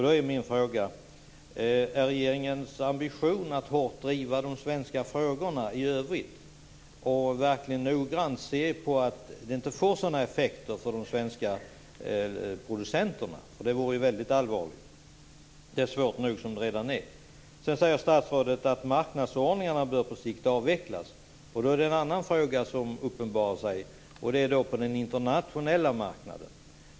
Då är min fråga: Är det regeringens ambition att hårt driva de svenska frågorna i övrigt och noggrant se till att detta inte får sådana effekter för de svenska producenterna? Det vore ju väldigt allvarligt. De har det svårt nog som det är. Sedan sade statsrådet att marknadsordningarna på sikt bör avvecklas. Då uppenbarar sig en annan fråga, och det gäller den internationella marknaden.